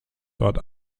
dort